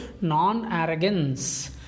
non-arrogance